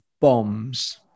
bombs